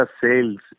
sales